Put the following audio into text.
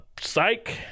psych